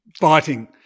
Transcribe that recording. biting